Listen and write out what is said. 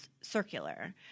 circular